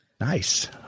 Nice